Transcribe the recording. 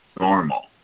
normal